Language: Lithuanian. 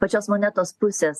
pačios monetos pusės